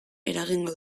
eragingo